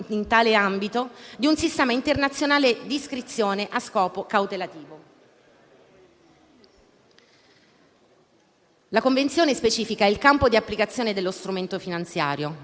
La Convenzione specifica il campo di applicazione dello strumento finanziario;